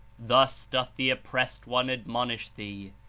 thus doth the oppressed one admonish thee.